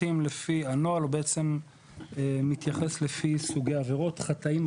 הנוהל מתייחס לפי סוגי עבירות: חטאים,